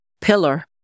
Pillar